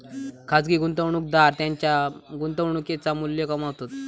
खाजगी गुंतवणूकदार त्येंच्या गुंतवणुकेचा मू्ल्य कमावतत